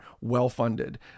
well-funded